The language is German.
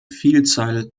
vielzahl